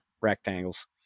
rectangles